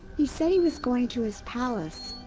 he said he was going to his palace,